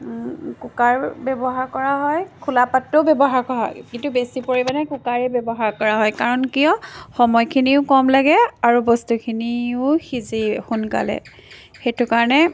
cooker ব্যৱহাৰ কৰা হয় খোলা পাত্ৰও ব্যৱহাৰ কৰা হয় কিন্তু বেছি পৰিমাণে কুকাৰেই ব্যৱহাৰ কৰা হয় কাৰণ কিয় সময়খিনিও কম লাগে আৰু বস্তুখিনিও সিজি সোনকালে সেইটো কাৰণে